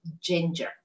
ginger